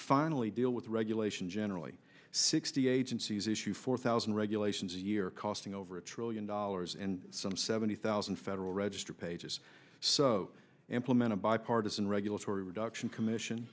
finally deal with regulation generally sixty agencies issue four thousand regulations a year costing over a trillion dollars and some seventy thousand federal register pages so implemented bipartisan regulatory reduction commission